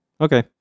Okay